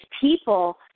people